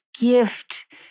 gift